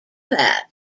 that